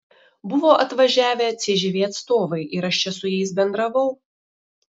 buvo atvažiavę cžv atstovai ir aš čia su jais bendravau